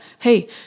hey